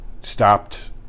stopped